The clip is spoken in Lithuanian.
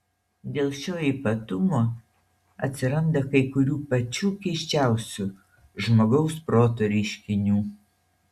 dėl šio ypatumo atsiranda kai kurių pačių keisčiausių žmogaus proto reiškinių